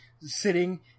sitting